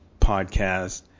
podcast